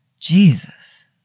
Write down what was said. Jesus